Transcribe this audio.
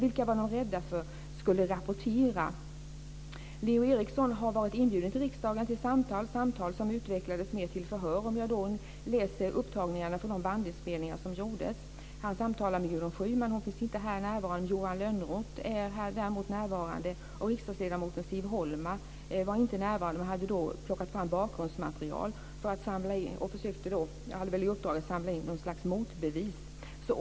Vilka var de rädda skulle rapportera? Leo Eriksson har varit inbjuden till riksdagen för samtal, samtal som utvecklades mer till förhör, om jag läser upptagningarna från de bandinspelningar som gjordes. Han samtalade med Gudrun Schyman. Hon finns inte här närvarande. Han samtalade också med Johan Lönnroth, som är närvarande här. Riksdagsledamoten Siv Holma var inte närvarande men hade plockat fram bakgrundsmaterial och hade väl i uppdrag att samla in något slags motbevis.